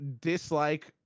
dislike